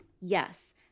Yes